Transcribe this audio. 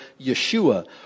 Yeshua